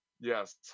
yes